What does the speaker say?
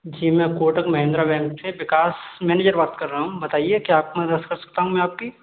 जी मैं कोटक महिंद्रा बैंक से विकास मैनेजर बात कर रहा हूँ बताइए क्या आपकी मदद कर सकता हूँ मैं आपकी